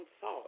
thought